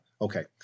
Okay